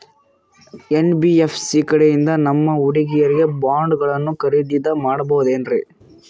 NBFC ಕಡೆಯಿಂದ ನಮ್ಮ ಹುಡುಗರಿಗೆ ಬಾಂಡ್ ಗಳನ್ನು ಖರೀದಿದ ಮಾಡಬಹುದೇನ್ರಿ?